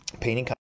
painting